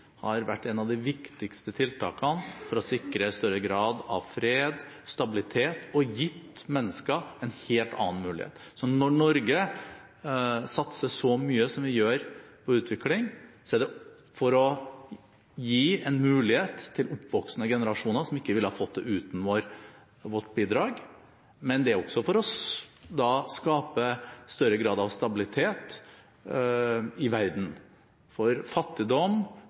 har vært et av de viktigste tiltakene for å sikre større grad av fred og stabilitet og har gitt mennesker en helt annen mulighet. Så når Norge satser så mye som vi gjør på utvikling, er det for å gi en mulighet til oppvoksende generasjoner som ikke ville fått det uten vårt bidrag. Men det er også for å skape større grad av stabilitet i verden, for fattigdom